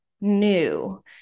new